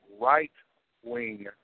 right-wing